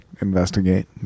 investigate